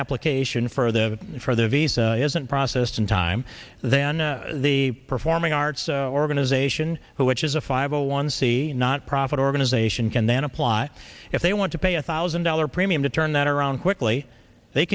application for the for the visa isn't processed in time then the performing arts organization who which is a five hundred one c not profit organization can then apply if they want to pay a thousand dollar premium to turn that around quickly they